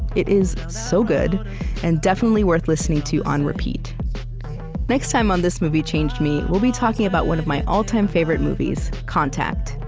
it is so good and definitely worth listening to on repeat next time on this movie changed me, we'll be talking about one of my all-time favorite movies, contact.